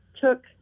took